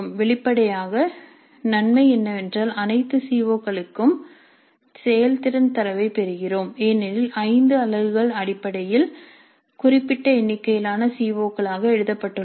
வெளிப்படையாக நன்மை என்னவென்றால் அனைத்து சி ஓ களுக்கும் செயல்திறன் தரவைப் பெறுகிறோம் ஏனெனில் 5 அலகுகள் அடிப்படையில் குறிப்பிட்ட எண்ணிக்கையிலான சி ஓ களாக எழுதப்பட்டுள்ளன